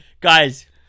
Guys